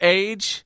age